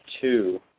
two